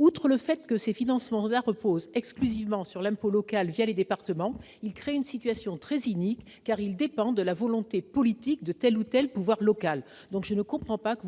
Outre que ces financements reposent exclusivement sur l'impôt local, les départements, ils créent une situation très inique, car ils dépendent de la volonté politique de tel ou tel pouvoir local. Je ne comprends donc pas que